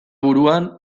buruan